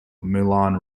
moulin